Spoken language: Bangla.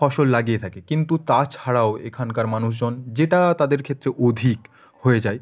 ফসল লাগিয়ে থাকে কিন্তু তাছাড়াও এখানকার মানুষ জন যেটা তাদের ক্ষেত্রে অধিক হয়ে যায়